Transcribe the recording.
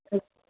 ਅੱਛ